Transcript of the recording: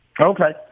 Okay